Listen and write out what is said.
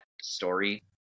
story